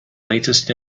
latest